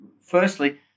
firstly